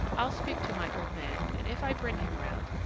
i'll speak to my old man, and if i bring him round,